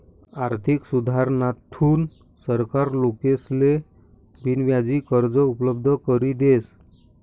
आर्थिक सुधारणाथून सरकार लोकेसले बिनव्याजी कर्ज उपलब्ध करी देस